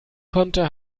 konnte